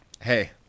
Hey